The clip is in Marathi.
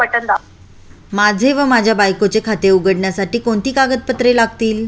माझे व माझ्या बायकोचे खाते उघडण्यासाठी कोणती कागदपत्रे लागतील?